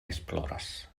esploras